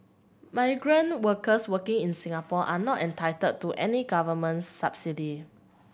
migrant workers working in Singapore are not entitled to any Government subsidy